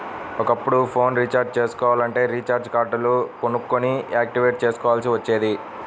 ఒకప్పుడు phone recharge చేసుకోవాలంటే recharge కార్డులు కొనుక్కొని యాక్టివేట్ చేసుకోవాల్సి వచ్చేది